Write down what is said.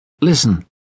Listen